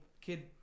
kid